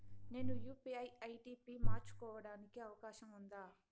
నేను UPI ID పి మార్చుకోవడానికి అవకాశం ఉందా?